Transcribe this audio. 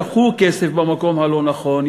אז שפכו כסף במקום הלא-נכון,